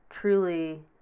truly